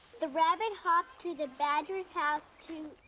the rabbit hopped to the badger's house to,